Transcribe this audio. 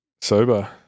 sober